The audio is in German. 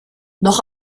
noch